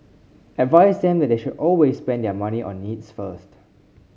advise them that they should always spend their money on needs first